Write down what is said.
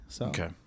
Okay